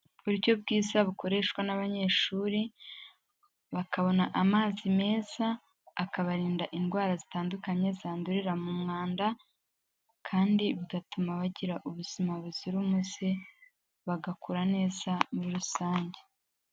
Uburyo bwiza bukoreshwa n'abanyeshuri bakabona amazi meza, akabarinda indwara zitandukanye zandurira mu mwanda kandi bigatuma bagira ubuzima buzira umuze, bagakura neza muri rusange.